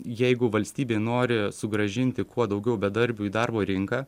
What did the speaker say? jeigu valstybė nori sugrąžinti kuo daugiau bedarbių į darbo rinką